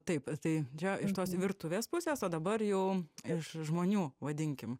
taip tai čia iš tos virtuvės pusės o dabar jau iš žmonių vadinkim